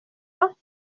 pas